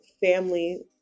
family